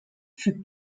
fut